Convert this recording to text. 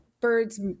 birds